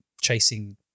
chasing